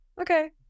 okay